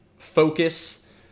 focus